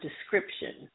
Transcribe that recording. description